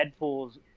Deadpool's